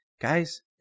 Guys